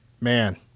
man